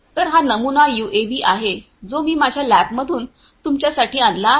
तर हा नमुना यूएव्ही आहे जो मी माझ्या लॅबमधून तुमच्यासाठी आणला आहे